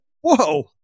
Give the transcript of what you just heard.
whoa